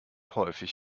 häufig